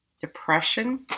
depression